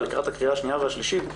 אבל לקראת הקריאה השנייה והשלישית,